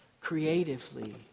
creatively